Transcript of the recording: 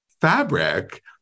fabric